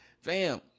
fam